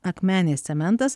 akmenės cementas